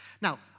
Now